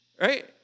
right